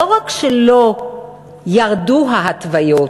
לא רק שלא ירדו ההתוויות,